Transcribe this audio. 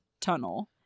tunnel